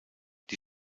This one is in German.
die